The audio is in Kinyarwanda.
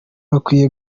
bakwiye